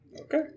Okay